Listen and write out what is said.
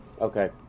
Okay